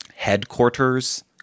Headquarters